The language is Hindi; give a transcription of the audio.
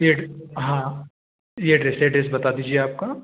यह एड हाँ यह एड्रेस एड्रेस बता दीजिए आपका